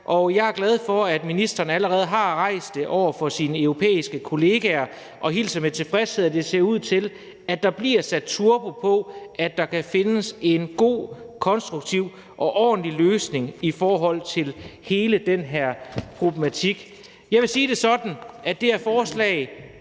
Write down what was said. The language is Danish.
og jeg er glad for, at ministeren allerede har rejst det over for sine europæiske kolleger og hilser med tilfredshed, at det ser ud til, at der bliver sat turbo på, at der kan findes en god, konstruktiv og ordentlig løsning i forhold til hele den her problematik. Jeg vil sige det sådan, at det her forslag